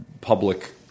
public